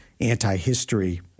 anti-history